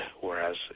whereas